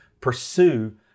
pursue